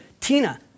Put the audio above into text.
Tina